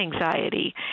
anxiety